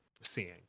seeing